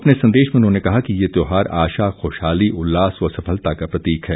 अपने संदेश में उन्होंने कहा कि ये त्यौहार आशा ख्शहाली उल्लास व सफलता का प्रतीक है